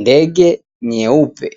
Ndege nyeupe